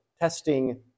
testing